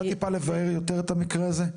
את יכולה טיפה לבאר יותר את המקרה הזה?